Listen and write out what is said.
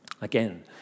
Again